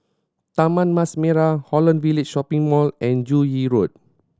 Taman Mas Merah Holland Village Shopping Mall and Joo Yee Road